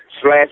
slash